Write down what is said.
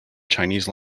chinese